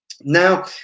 Now